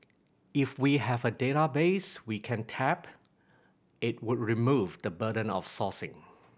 if we have a database we can tap it would remove the burden of sourcing